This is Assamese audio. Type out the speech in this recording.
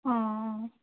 অঁ অঁ